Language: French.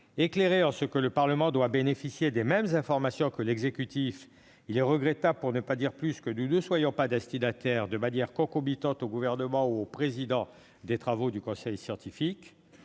Éclairée, en ce que le Parlement doit bénéficier des mêmes informations que l'exécutif. Il est regrettable, pour ne pas dire plus, que nous ne soyons pas destinataires de manière concomitante au Gouvernement ou au Président de la République des travaux du Conseil scientifique.